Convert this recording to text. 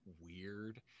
weird